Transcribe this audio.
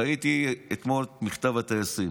ראיתי אתמול את מכתב הטייסים.